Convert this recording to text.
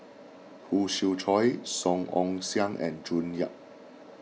Khoo Swee Chiow Song Ong Siang and June Yap